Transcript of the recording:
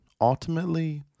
ultimately